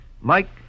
Mike